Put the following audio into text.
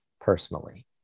personally